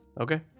Okay